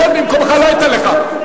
שב במקומך, לא אתן לך.